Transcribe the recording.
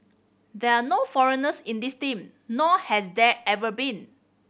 there are no foreigners in this team nor has there ever been